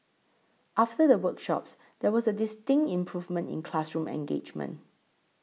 after the workshops there was a distinct improvement in classroom engagement